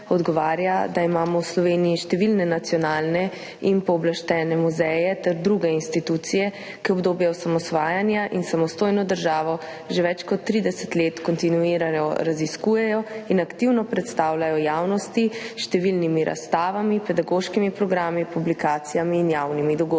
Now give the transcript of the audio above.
odgovarja, da imamo v Sloveniji številne nacionalne in pooblaščene muzeje ter druge institucije, ki obdobje osamosvajanja in samostojno državo že več kot 30 let kontinuirano raziskujejo in aktivno predstavljajo javnosti s številnimi razstavami, pedagoškimi programi, publikacijami in javnimi dogodki.